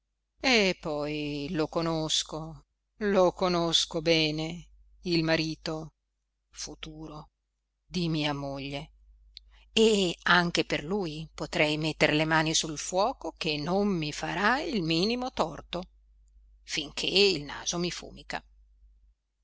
anno e poi lo conosco lo conosco bene il marito futuro di mia moglie e anche per lui potrei metter le mani sul fuoco che non mi farà il minimo torto finché il naso mi fumica